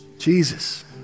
Jesus